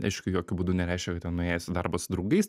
aišku jokiu būdu nereiškia kad ten nuėjęs į darbą su draugais